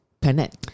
Planet